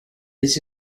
this